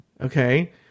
Okay